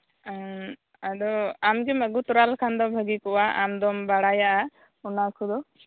ᱟᱫᱚ ᱟᱢ ᱜᱮᱢ ᱟᱜᱩ ᱛᱚᱨᱟ ᱞᱮᱠᱷᱟᱱ ᱫᱚ ᱵᱷᱟᱜᱤ ᱠᱚᱜᱼᱟ ᱟᱢ ᱫᱚᱢ ᱵᱟᱲᱟᱭᱟ ᱚᱱᱟ ᱠᱚᱫᱚ